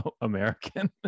American